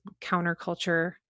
counterculture